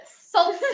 solstice